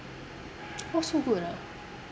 orh so good ah